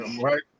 right